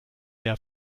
der